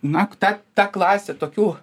nakta ta klasę tokių